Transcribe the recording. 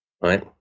right